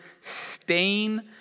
stain